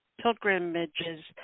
pilgrimages